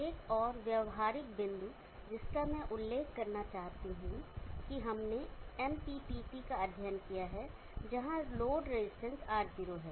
एक और व्यावहारिक बिंदु जिसका मैं उल्लेख करना चाहता हूं कि हमने एमपीपीटी का अध्ययन किया है जहां लोड रजिस्टेंस R0 है